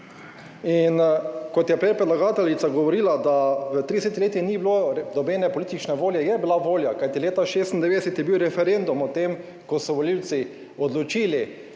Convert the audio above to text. In kot je prej predlagateljica govorila, da v 30. letih ni bilo nobene politične volje, je bila volja, kajti leta 1096 je bil referendum o tem, ko so volivci odločili